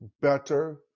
better